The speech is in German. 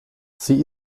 sie